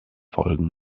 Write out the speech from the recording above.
folgen